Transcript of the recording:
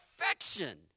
affection